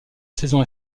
saison